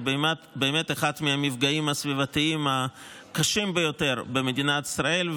זה באמת אחד מהמפגעים הסביבתיים הקשים ביותר במדינת ישראל.